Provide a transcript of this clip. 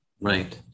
right